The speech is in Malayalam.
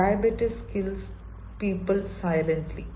diabetes kills people Diabetes kill people silently